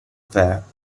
fair